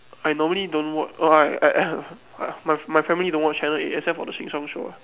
I normally don't wa~ I I my my family don't watch channel eight except for the Sheng-Siong show ah